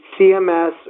CMS